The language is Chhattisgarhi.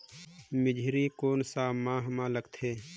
मेझरी कोन सा माह मां लगथे